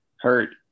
hurt